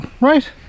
Right